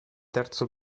terzo